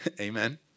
Amen